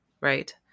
Right